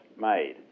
made